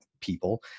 people